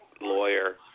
lawyer